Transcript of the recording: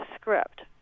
script